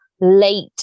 late